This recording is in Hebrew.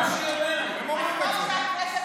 הם אומרים את זה.